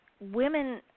women